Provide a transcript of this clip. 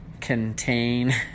contain